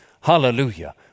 Hallelujah